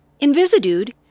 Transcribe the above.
Invisidude